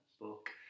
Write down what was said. book